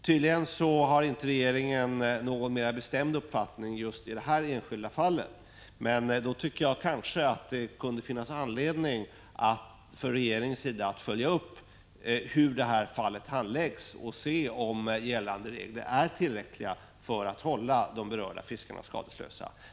Regeringen har tydligen inte någon mera bestämd uppfattning just i detta enskilda fall, och därför finns det anledning för regeringen att följa upp hur det handläggs och se om gällande regler är tillräckliga för att hålla berörda fiskare skadeslösa.